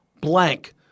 blank